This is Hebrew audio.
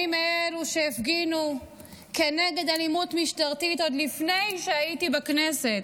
אני מאלו שהפגינו כנגד אלימות משטרתית עד לפני שהייתי בכנסת,